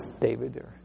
David